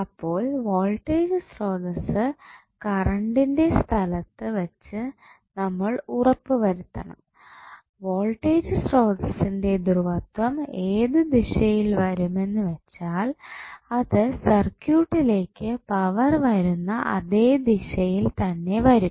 അപ്പോൾ വോൾട്ടേജ് സ്രോതസ്സ് കറണ്ടിന്റെ സ്ഥലത്ത് വെച്ചാൽ നമ്മൾ ഉറപ്പുവരുത്തണം വോൾട്ടേജ് സ്രോതസ്സിന്റെ ധ്രുവത്വം ഏത് ദിശയിൽ വരുമെന്ന് വെച്ചാൽ അത് സർക്യൂട്ടിലേക്ക് പവർ വരുന്ന അതേ ദിശയിൽ തന്നെ വരും